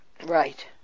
Right